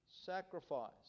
sacrifice